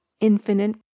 infinite